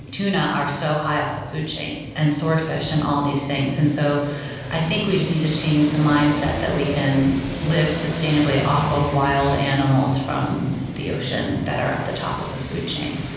tuna are so high up the food chain, and swordfish, and all these things. and so i think we just need to change the mindset that we can live sustainably off of wild animals from the ocean that are at the top of the food chain.